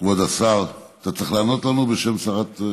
כבוד השר, אתה צריך לענות לנו בשם שרת,